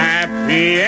Happy